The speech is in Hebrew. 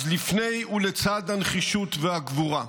אז לפני ולצד הנחישות והגבורה,